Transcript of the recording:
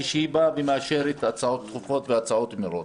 כשהיא מאשרת הצעות דחופות ודיונים מהירים.